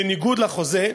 בניגוד לחוזה,